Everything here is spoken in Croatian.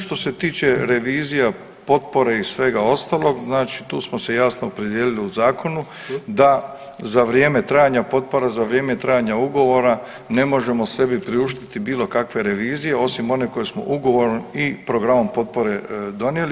Što se tiče revizija, potpore i svega ostalog, znači tu smo se jasno opredijelili u zakonu da za vrijeme trajanja potpora, za vrijeme trajanja ugovora ne možemo sebi priuštiti bilo kakve revizije osim one koju smo ugovorom i programom potpore donijelo.